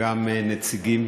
גם נציגים